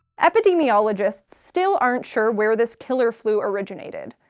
epidemiologists still aren't sure where this killer flu originated.